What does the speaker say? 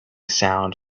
sound